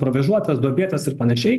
provėžuotas duobėtas ir panašiai